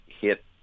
hit